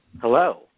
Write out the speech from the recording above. Hello